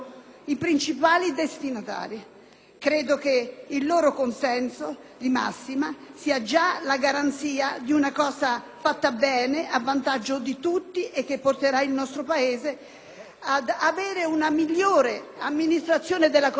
Credo che il loro consenso di massima sia già la garanzia di una cosa fatta bene, a vantaggio di tutti, che porterà il nostro Paese ad avere una migliore amministrazione della cosa pubblica. Un obiettivo